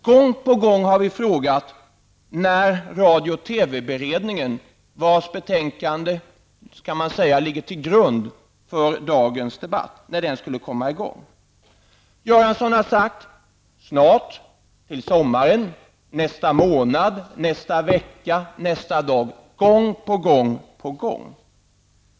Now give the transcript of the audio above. Gång på gång har vi frågat när arbetet med radiooch TV-beredningen, vars betänkande ligger till grund för dagens debatt, skulle börja. Och gång på gång har Göranssons svarat: snart, till sommaren, nästa månad, nästa vecka, nästa gång.